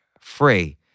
free